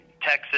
Texas